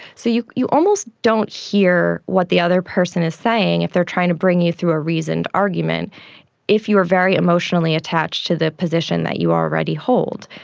so you you almost don't hear what the other person is saying if they are trying to bring you through a reasoned argument if you are very emotionally attached to the position that you already hold.